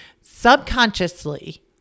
subconsciously